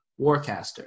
Warcaster